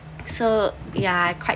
so ya quite